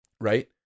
right